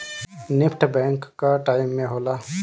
NEFT bank कअ time में होला